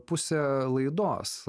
pusę laidos